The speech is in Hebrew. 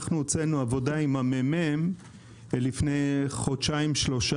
הוצאנו עבודה עם הממ"מ לפני חודשיים-שלושה,